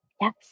Yes